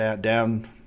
down